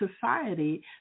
society